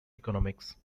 economics